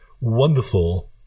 wonderful